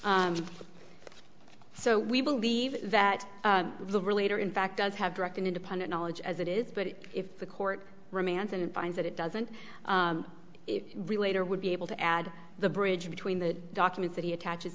there so we believe that the relator in fact does have direct and independent knowledge as it is but if the court romance and finds that it doesn't relate or would be able to add the bridge between the document that he attaches